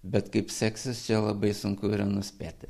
bet kaip seksis labai sunku nuspėti